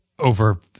over